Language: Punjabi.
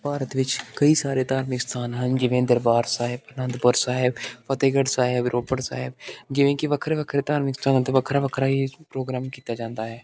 ਭਾਰਤ ਵਿੱਚ ਕਈ ਸਾਰੇ ਧਾਰਮਿਕ ਸਥਾਨ ਹਨ ਜਿਵੇਂ ਦਰਬਾਰ ਸਾਹਿਬ ਅਨੰਦਪੁਰ ਸਾਹਿਬ ਫਤਿਹਗੜ੍ਹ ਸਾਹਿਬ ਰੋਪੜ ਸਾਹਿਬ ਜਿਵੇਂ ਕਿ ਵੱਖਰੇ ਵੱਖਰੇ ਧਾਰਮਿਕ ਸਥਾਨਾਂ 'ਤੇ ਵੱਖਰਾ ਵੱਖਰਾ ਹੀ ਪ੍ਰੋਗਰਾਮ ਕੀਤਾ ਜਾਂਦਾ ਹੈ